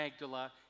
Magdala